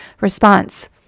response